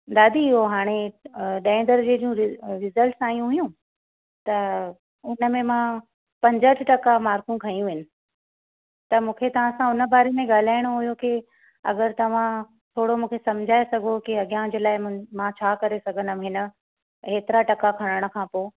दादी हो हाणे ॾह दर्जे जूं रि रिज़ल्ट्स आहियूं हुयूं त हुनमें मां पंज हठि टका मार्कूं खंयूं इन त मूंखे तव्हां सां हुन बारे में ॻाल्हाइणो हुयो कि अगरि तव्हां थोरो मूंखे सम्झाए सघो कि अॻियां जे लाइ मां छा करे सघंदमि हिन हेतिरा टका खणण खां पोइ